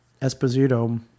Esposito